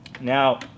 Now